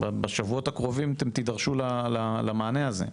בשבועות הקרובים אתם תידרשו למענה הזה.